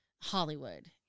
Hollywood